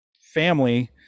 family